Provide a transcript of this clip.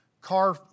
car